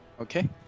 Okay